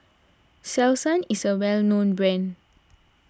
Selsun is a well known brand